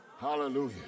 Hallelujah